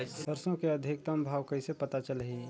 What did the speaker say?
सरसो के अधिकतम भाव कइसे पता चलही?